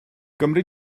gymri